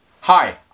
Hi